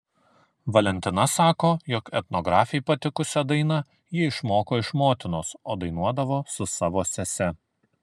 valentina sako jog etnografei patikusią dainą ji išmoko iš motinos o dainuodavo su savo sese